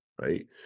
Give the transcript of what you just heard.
right